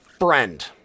friend